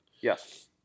Yes